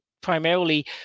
primarily